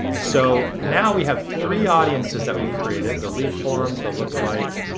so now we have three audiences that we've created, the lead forms, the lookalike,